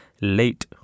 late